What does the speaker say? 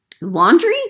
Laundry